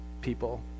people